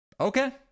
Okay